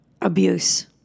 abuse